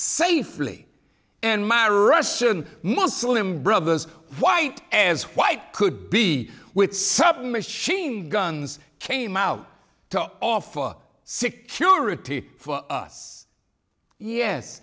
safely and my russian muslim brothers white as white could be with submachine guns came out to offer security for us yes